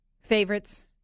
favorites